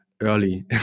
early